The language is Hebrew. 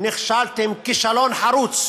נכשלתם כישלון חרוץ